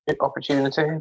opportunity